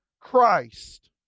Christ